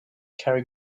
carry